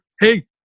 hey